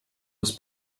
was